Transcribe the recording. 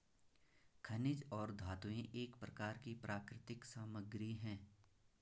खनिज और धातुएं एक प्रकार की प्राकृतिक सामग्री हैं